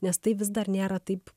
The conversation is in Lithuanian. nes tai vis dar nėra taip